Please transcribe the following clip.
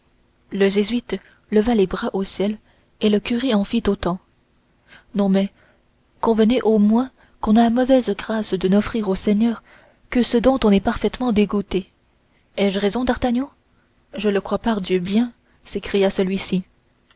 le jésuite leva les bras au ciel et le curé en fit autant non mais convenez au moins qu'on a mauvaise grâce de n'offrir au seigneur que ce dont on est parfaitement dégoûté ai-je raison d'artagnan je le crois pardieu bien s'écria celui-ci